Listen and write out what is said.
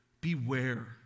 beware